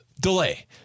Delay